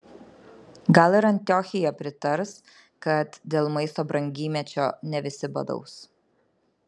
gal ir antiochija pritars kad dėl maisto brangymečio ne visi badaus